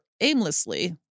aimlessly